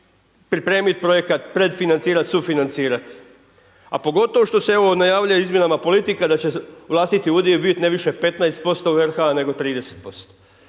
pripremiti projekat, predfinancirati, sufinancirat a pogotovo evo što se najavljuje izmjenama politika da će vlastiti udio biti ne više od 15% u RH nego 30%.